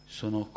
sono